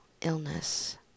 illness